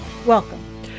Welcome